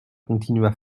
continua